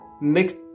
Next